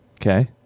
Okay